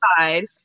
side